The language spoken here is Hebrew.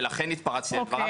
ולכן התפרצתי לדבריו.